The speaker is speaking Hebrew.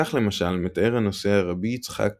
כך למשל מתאר הנוסע רבי יצחק